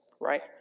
right